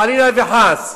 חלילה וחס,